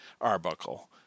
Arbuckle